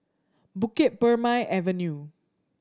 Bukit Purmei Avenue